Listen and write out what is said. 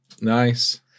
Nice